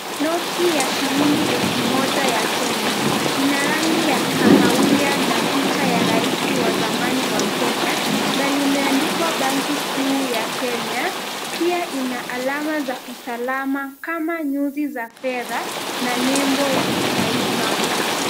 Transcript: Noti ya shilingi elfu moja ya Kenya ina rangi ya kahawia na picha ya rais wa zamani wa kenya na limeandikwa banki kuu ya Kenya. Pia ina alama za usalama kama nyuzi za fedha na nembo ya kitaifa.